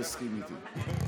תסכים איתי.